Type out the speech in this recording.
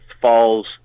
falls